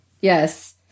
yes